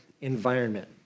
environment